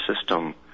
system